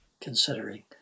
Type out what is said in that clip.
considering